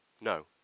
No